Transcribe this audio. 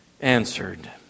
answered